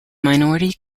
minority